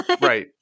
Right